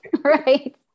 right